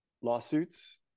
lawsuits